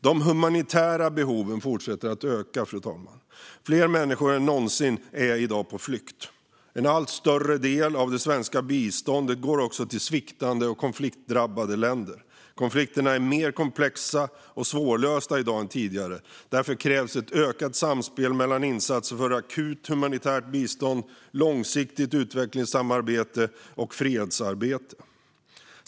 De humanitära behoven fortsätter att öka, fru talman. Fler människor än någonsin är i dag på flykt. En allt större del av det svenska biståndet går också till sviktande och konfliktdrabbade länder. Konflikterna är mer komplexa och svårlösta i dag än tidigare. Därför krävs ett ökat samspel mellan insatser för akut humanitärt bistånd, långsiktigt utvecklingssamarbete och fredsarbete.